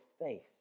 faith